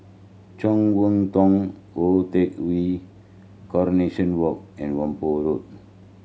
Chong Hua Tong Tou Teck Hwee Coronation Walk and Whampoa Road